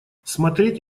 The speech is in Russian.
смотреть